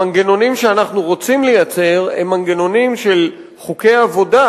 המנגנונים שאנחנו רוצים לייצר הם מנגנונים של חוקי עבודה,